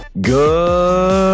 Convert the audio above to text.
Good